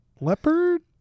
leopard